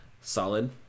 Solid